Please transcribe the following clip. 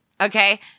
Okay